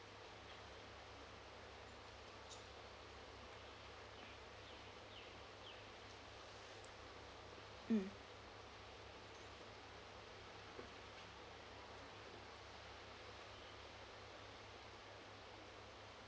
mm